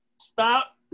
stop